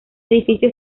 edificio